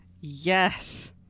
Yes